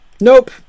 Nope